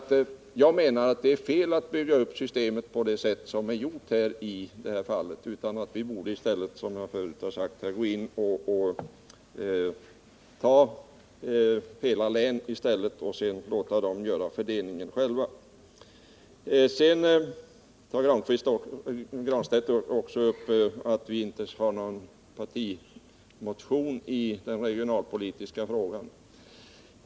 Jag anser att det är fel att bygga upp systemet på det sätt som är föreslaget. I stället bör vi, som jag har sagt tidigare, ge stöd åt hela län och överlåta till dem att fördela medlen. Pär Granstedt konstaterar också att vi inte har någon partimotion i de regionalpolitiska frågorna.